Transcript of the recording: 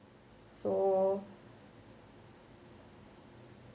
so